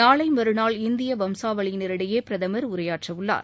நாளை மறுநாள் இந்திய வம்சாவளியினரிடையே பிரதமர் உரையாற்றவுள்ளார்